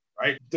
right